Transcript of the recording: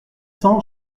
cents